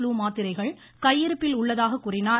blue மாத்திரைகள் கையிருப்பில் உள்ளதாக கூறினார்